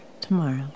tomorrow